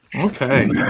Okay